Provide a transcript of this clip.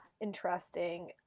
interesting